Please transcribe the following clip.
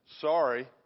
Sorry